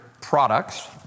products